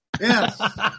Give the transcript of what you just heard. Yes